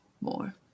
more